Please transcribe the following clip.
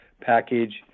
package